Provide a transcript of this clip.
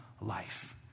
life